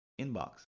inbox